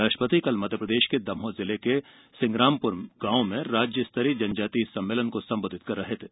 राष्ट्रपति कल मध्यप्रदेश के दमोह जिले के सिंग्रामपुर गांव में राज्य स्तरीय जनजातीय सम्मेलन को संबोधित कर रहे थे